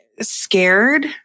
scared